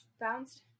bounced